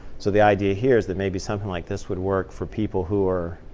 so the idea here is that maybe something like this would work for people who are